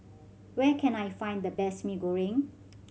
where can I find the best Mee Goreng